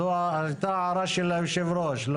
זו הערה של היושב-ראש.